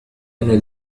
أنا